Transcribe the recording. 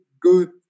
good